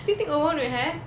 do you think owen would have